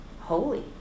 holy